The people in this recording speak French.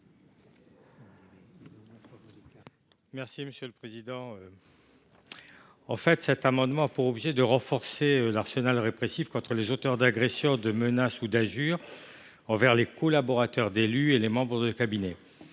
est à M. Guy Benarroche. Cet amendement a pour objet de renforcer l’arsenal répressif contre les auteurs d’agressions, de menaces ou d’injures envers les collaborateurs d’élus et les membres de cabinet.